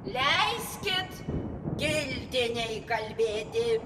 leiskit giltinei kalbėti